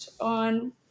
on